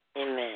Amen